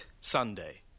Sunday